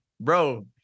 bro